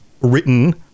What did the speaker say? written